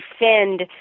Defend